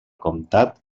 comtat